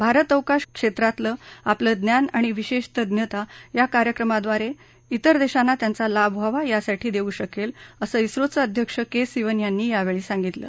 भारत अवकाश क्षेत्रातलं आपलं ज्ञान आणि विशेषतज्ञता या कार्यक्रमाद्वारे ििंर देशांना त्यांचा लाभ व्हावा यासाठी देऊ शकेल असं झोचे अध्यक्ष के सिवन यांनी यावेळी सांगितलं